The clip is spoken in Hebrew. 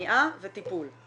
מניעה וטיפול.